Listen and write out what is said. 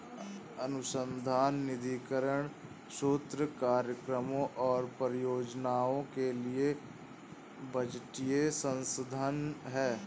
अनुसंधान निधीकरण स्रोत कार्यक्रमों और परियोजनाओं के लिए बजटीय संसाधन है